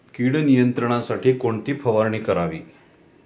कीड नियंत्रणासाठी कोणती फवारणी करावी?